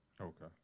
okay